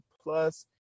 plus